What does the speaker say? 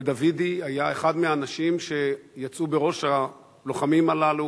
ודוידי היה אחד מהאנשים שיצאו בראש הלוחמים הללו.